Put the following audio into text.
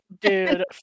dude